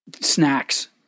snacks